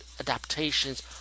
adaptations